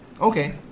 Okay